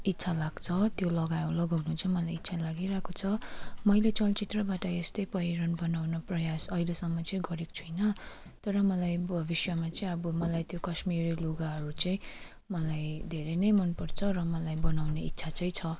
इच्छा लाग्छ त्यो लगाउ लगाउनु चाहिँ मलाई इच्छा लागिराको छ मैले चलचित्रबाट यस्तै पहिरन बनाउन प्रयास अहिलेसम्म चाहिँ गरेको छुइनँ तर मलाई भविष्यमा चाहिँ अब मलाई त्यो कश्मिरी लुगाहरू चाहिँ मलाई धेरै नै मनपर्छ र मलाई बनाउने इच्छा चाहिँ छ